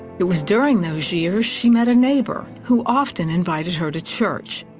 it was during those years she met a neighbor who often invited her to church.